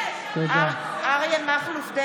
(קוראת בשמות חברי הכנסת) אריה מכלוף דרעי,